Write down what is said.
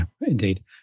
indeed